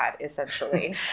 essentially